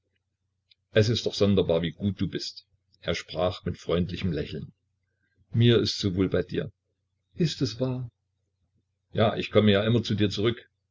es ist doch sonderbar wie gut du bist er sprach mit freundlichem lächeln mir ist so wohl bei dir ist es wahr ja ich komme ja immer zu dir zurück